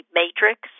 matrix